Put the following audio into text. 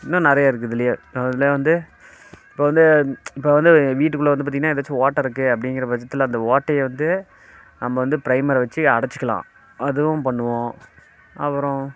இன்னும் நிறையா இருக்குது இதுலேயே இதில் வந்து இப்போ வந்து இப்போ வந்து வீட்டுக்குள்ள வந்து பார்த்தீங்கன்னா ஏதாச்சும் ஓட்டை இருக்குது அப்படிங்கிற பட்சத்தில் அந்த ஓட்டையை வந்து நம்ம வந்து ப்ரைமரை வெச்சு அடைச்சிக்கலாம் அதுவும் பண்ணுவோம் அப்புறம்